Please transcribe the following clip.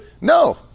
No